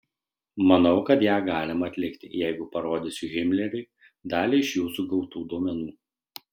manau kad ją galima atlikti jeigu parodysiu himleriui dalį iš jūsų gautų duomenų